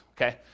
okay